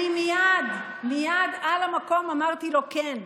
אני מייד על המקום אמרתי לו כן.